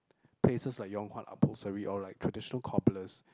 places like Yong-Huat-Upholstery or like traditional cobblers